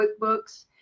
QuickBooks